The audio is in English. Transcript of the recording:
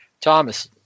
Thomas